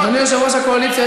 אדוני יושב-ראש הקואליציה,